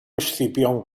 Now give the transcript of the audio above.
escipión